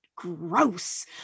Gross